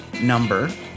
number